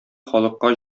халыкка